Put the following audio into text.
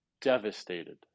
devastated